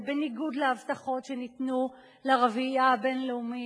בניגוד להבטחות שניתנו לרביעייה הבין-לאומית